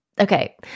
okay